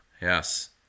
Yes